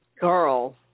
Girl